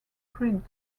print